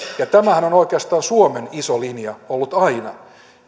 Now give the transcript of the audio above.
ja tämähän on oikeastaan suomen iso linja ollut aina